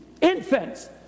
infants